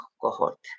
cohort